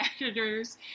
editors